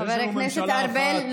חבר הכנסת ארבל,